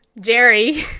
jerry